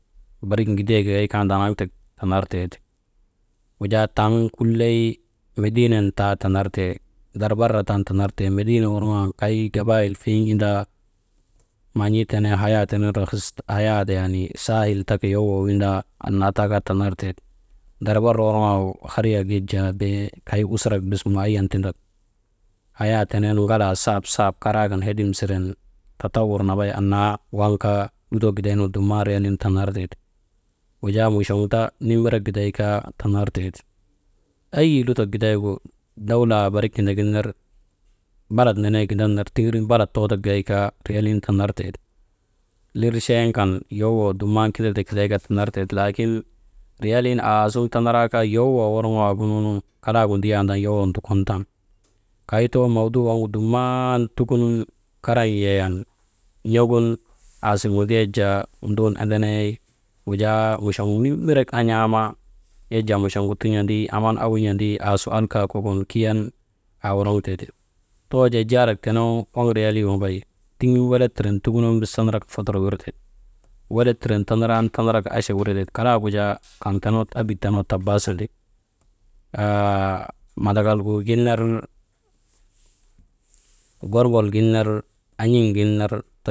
Barik ŋidee gagay kaa ndanaŋ tek tanartee ti wujaa taŋ kulley medii nen taa tanarte, darbarra tan tanartee, mediinee worŋoo waŋ kay gabaayil fiŋ indaa, maan̰ii tenee haya tenee rahis haya yanii saahil taka yowoo windaa, aa taa kaa tanar tee ti, dar barra wuŋok wak karyak yak jaa bee kay usurak bes maayan tndak, hayaa tene ŋalaa saap saap karan hedim siren, tatawur nambay waŋ kaa lutoo gidaynugu dumman riyalii nu tanartee ti, wujaa muchoŋ ta nimirek giday kaa tanar tee ti eyi lutok gidaygu dawlaa barik tindagin ner balat nenee gindan ner tiŋirin balat too ti gagay kaa, riyalin tanartee ti, lirchen kan yowoo dumman kindetee kiday kaa tanar tee ti laakin, riyalin aasuŋ tanaraa kaa yowoo worŋoo waagunu, kalagu ndiyan ndan yowoo dukon tan. Kay too mowduu waŋ gu dumman tukunun karan yayan yoŋun aasiŋek yak jaa ndun endeney, wujaa muchoŋ nimirek an̰aama, yak jaa muchoŋgu tun̰andi, am an awun̰andi, aasu alka kokon Kiyan, aaworoŋtee ti, too jaa jaarak tenegu waŋ riyalii wambay, tiŋin welet siŋen tukunun bes tanaraka fotor wirtee ti, welet tiŋen tanaraka tanaran acha wiretee ti, kalaagu jaa kaŋ tenegu ebit tenegu tabaasandi, haa mandakal gu gin ner, ŋormbol gin ner, an̰in gin ner.